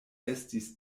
estis